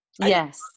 Yes